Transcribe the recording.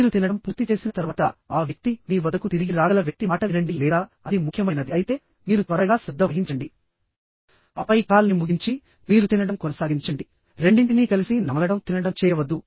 మీరు తినడం పూర్తి చేసిన తర్వాత ఆ వ్యక్తి మీ వద్దకు తిరిగి రాగల వ్యక్తి మాట వినండి లేదా అది ముఖ్యమైనది అయితే మీరు త్వరగా శ్రద్ధ వహించండి ఆపై కాల్ని ముగించి మీరు తినడం కొనసాగించండి రెండింటినీ కలిసి నమలడం తినడం చేయవద్దు